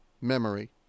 memory